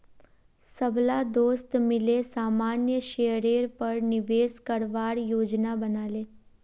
सबला दोस्त मिले सामान्य शेयरेर पर निवेश करवार योजना बना ले